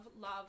love